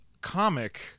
comic